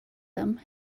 them